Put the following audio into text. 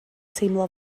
teimlo